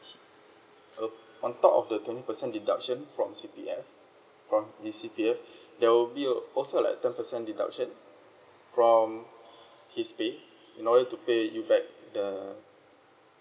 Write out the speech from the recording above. o~ on top of the twenty percent deduction from C_P_F from his C_P_F there will be a also like ten percent deduction from his pay in order to pay you back the